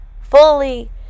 fully